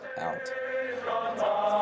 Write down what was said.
out